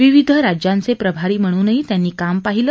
विविध राज्यांचे प्रभारी म्हणूनही काम पाहिलं